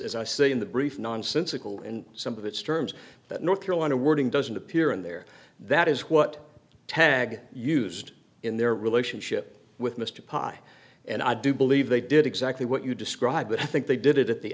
as i say in the brief nonsensical and some of its terms that north carolina wording doesn't appear in there that is what tag used in their relationship with mr pai and i do believe they did exactly what you described but i think they did it at the